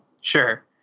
Sure